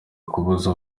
kubuza